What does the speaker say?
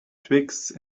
twigs